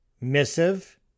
missive